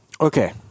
okay